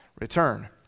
return